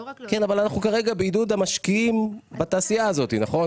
לא רק -- כן אבל אנחנו כרגע בעידוד המשקיעים בתעשייה הזאתי נכון?